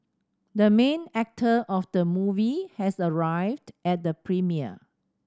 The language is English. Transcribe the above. the main actor of the movie has arrived at the premiere